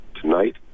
tonight